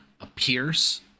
appears